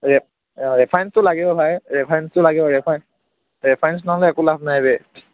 ৰেফাৰেন্সটো লাগিব ভাই ৰেফাৰেন্সটো লাগিব ৰেফাৰেন্স ৰেফাৰেন্স নহ'লে একো লাভ নাই বে